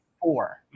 four